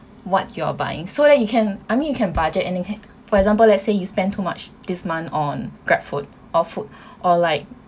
what you're buying so that you can I mean you can budget any~ for example let's say you spend too much this month on GrabFood or food or like